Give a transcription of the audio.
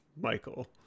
Michael